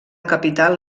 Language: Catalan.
capital